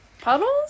Puddles